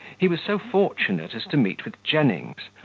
he was so fortunate as to meet with jennings,